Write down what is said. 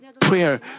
prayer